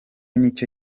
nicyo